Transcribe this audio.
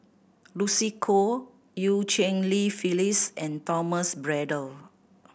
Lucy Koh Eu Cheng Li Phyllis and Thomas Braddell